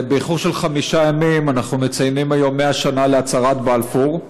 באיחור של חמישה ימים אנחנו מציינים היום 100 שנה להצהרת בלפור,